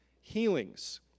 healings